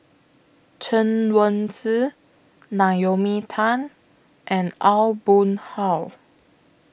Chen Wen Hsi Naomi Tan and Aw Boon Haw